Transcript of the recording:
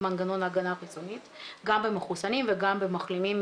מנגנון ההגנה החיסונית גם במחוסנים וגם במחלימים,